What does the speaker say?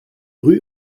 rue